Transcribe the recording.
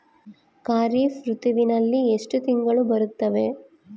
ಖಾರೇಫ್ ಋತುವಿನಲ್ಲಿ ಎಷ್ಟು ತಿಂಗಳು ಬರುತ್ತವೆ?